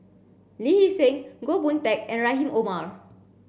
Lee Hee Seng Goh Boon Teck and Rahim Omar